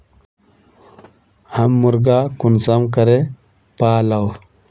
हम मुर्गा कुंसम करे पालव?